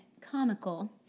comical